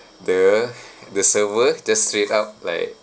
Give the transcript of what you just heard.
the the server just straight out like